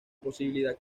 posibilidad